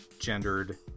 gendered